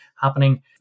happening